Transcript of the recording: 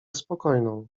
spokojną